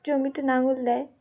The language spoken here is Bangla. জমিতে নাঙল দেয়